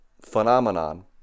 phenomenon